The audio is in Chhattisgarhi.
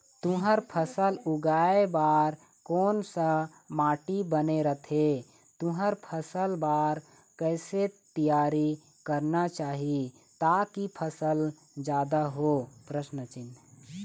तुंहर फसल उगाए बार कोन सा माटी बने रथे तुंहर फसल बार कैसे तियारी करना चाही ताकि फसल जादा हो?